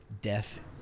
death